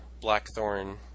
Blackthorn